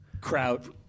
Crowd